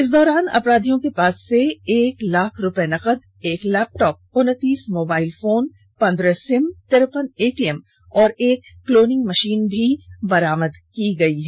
इस दौरान अपराधियो के पास से एक लाख नगद एक लैपटॉपउनतीस मोबाइल फोनपंद्रह सिम तीरपन एटीएम और एक क्लोनिंग मशीन भी बरामद की गयी है